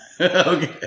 Okay